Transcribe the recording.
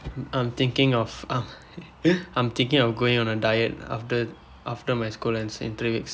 I'm thinking of uh I'm thinking of going on a diet after after my school ends in three weeks